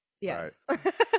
Yes